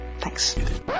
Thanks